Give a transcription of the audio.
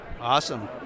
Awesome